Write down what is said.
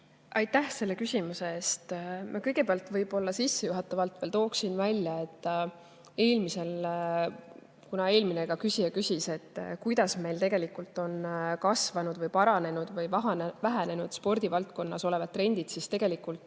Aitäh selle küsimuse eest! Ma kõigepealt sissejuhatavalt veel tooksin välja, kuna eelmine küsija küsis, kuidas meil tegelikult on kasvanud või paranenud või vähenenud spordivaldkonnas olevad trendid, et üldiselt